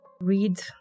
read